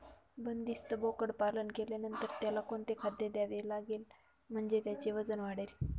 बंदिस्त बोकडपालन केल्यानंतर त्याला कोणते खाद्य द्यावे लागेल म्हणजे त्याचे वजन वाढेल?